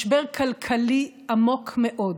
משבר כלכלי עמוק מאוד.